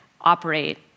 operate